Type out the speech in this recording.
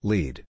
Lead